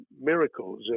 miracles